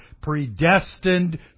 predestined